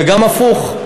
וגם הפוך,